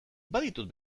baditut